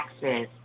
taxes